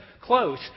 close